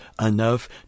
enough